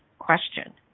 question